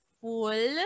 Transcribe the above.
full